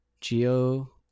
Geo